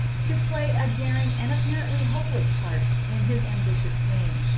to play a daring and apparently hopeless part in his ambitious game,